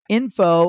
info